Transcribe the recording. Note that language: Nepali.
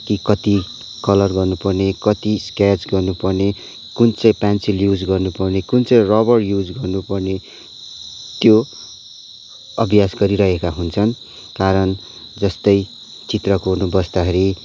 कि कति कलर गर्नुपर्ने कति स्केच गर्नुपर्ने कुन चाहिँ पेन्सिल युज गर्नुपर्ने कुन चाहिँ रबर युज गर्नुपर्ने त्यो अभ्यास गरिरहेका हुन्छन् कारण जस्तै चित्र कोर्नु बस्दाखेरि